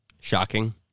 Shocking